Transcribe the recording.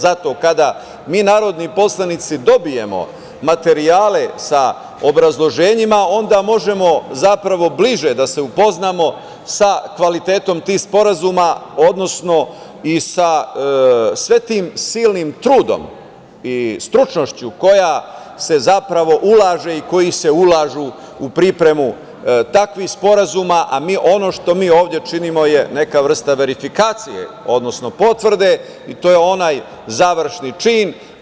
Zato, kada mi narodni poslanici dobijemo materijale sa obrazloženjima, onda možemo zapravo bliže da se upoznamo sa kvalitetom tih sporazuma, odnosno i sa svim tim silnim trudom i stručnošću koja se zapravo ulaže i koji se ulažu u pripremu takvih sporazuma, a ono što mi ovde činimo je neka vrsta verifikacije, odnosno potvrde i to je onaj završni čin.